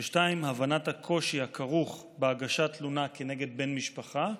2. הבנת הקושי הכרוך בהגשת תלונה כנגד בן משפחה,